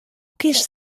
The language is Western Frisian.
kinst